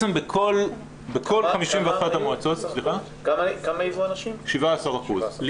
בכל אחת מ-51 המועצות האלה כיהנה לפחות אישה אחת.